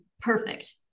perfect